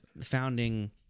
founding